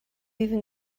even